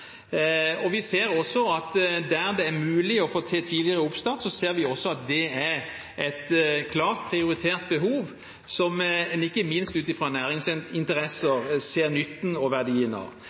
der. Vi ser også at der det er mulig å få til en tidligere oppstart, er det et klart prioritert behov, som en ikke minst ut ifra næringsinteresser ser nytten og verdien av.